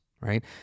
right